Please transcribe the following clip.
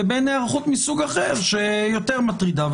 לבין היערכות מסוג אחר שיותר מטרידה.